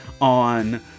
on